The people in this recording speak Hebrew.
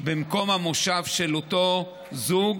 במקום המושב של אותו זוג